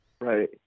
Right